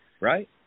right